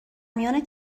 میان